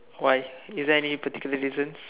why is there any particular reason